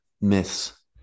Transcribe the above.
myths